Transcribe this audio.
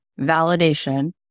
validation